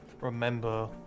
remember